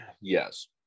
Yes